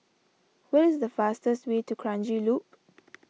what is the fastest way to Kranji Loop